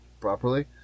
properly